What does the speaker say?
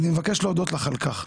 אני מבקש להודות לך על כך,